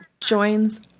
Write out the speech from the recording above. joins